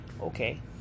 Okay